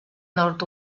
nord